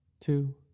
two